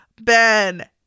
Ben